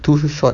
too short